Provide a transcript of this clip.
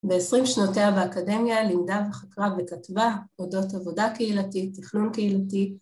בעשרים שנותיה באקדמיה, לימדה וחקרה וכתבה אודות עבודה קהילתית, תכנון קהילתי.